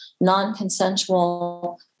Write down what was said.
non-consensual